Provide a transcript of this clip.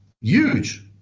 huge